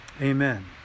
Amen